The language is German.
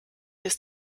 ist